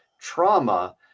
trauma